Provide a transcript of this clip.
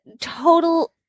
total